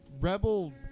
rebel